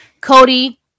Cody